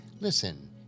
Listen